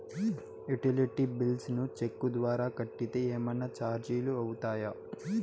Utility bills ను cheque ద్వారా కట్టితే ఏమన్నా చార్జీలు అవుతాయా?